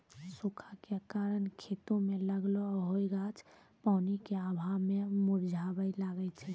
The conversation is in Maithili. सूखा के कारण खेतो मे लागलो होलो गाछ पानी के अभाव मे मुरझाबै लागै छै